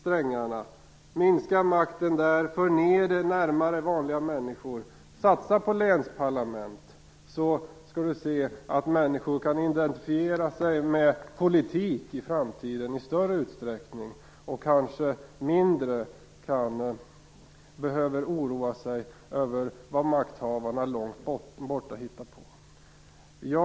Vi skall minska makten där och föra ned den närmare vanliga människor. Satsa på länsparlament! Då skall Håkan Holmberg se att människor identifierar sig med politik i större utsträckning i framtiden och kanske också oroar sig mindre över vad makthavare långt borta hittar på. Fru talman!